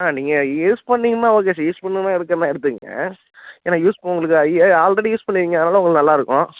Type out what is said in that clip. ஆ நீங்கள் யூஸ் பண்ணீங்கன்னா okay sir use பண்ணீங்கன்னா எடுக்கிறதுன்னா எடுத்துக்கோங்க ஏன்னா யூஸ் உங்களுக்கு ஆல்ரெடி யூஸ் பண்ணிருக்கீங்க அதனால உங்களுக்கு நல்லாயிருக்கும்